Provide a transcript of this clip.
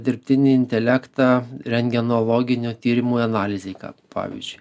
dirbtinį intelektą rentgenologinio tyrimui analizei ką pavyzdžiui